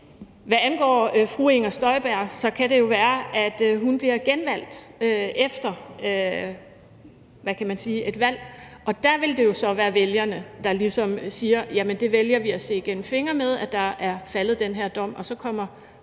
Hvad angår fru Inger Støjberg, kan det jo være, at hun bliver genvalgt efter et valg, og der vil det jo så være vælgerne, der ligesom siger, at det vælger de at se gennem fingre med, altså at der er faldet den her dom,